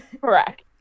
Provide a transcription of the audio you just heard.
correct